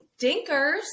Dinkers